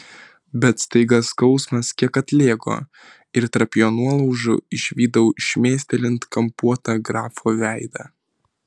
bet staiga skausmas kiek atlėgo ir tarp jo nuolaužų išvydau šmėstelint kampuotą grafo veidą